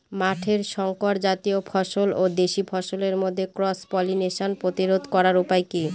মাঠের শংকর জাতীয় ফসল ও দেশি ফসলের মধ্যে ক্রস পলিনেশন প্রতিরোধ করার উপায় কি?